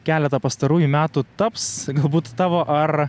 keletą pastarųjų metų taps galbūt tavo ar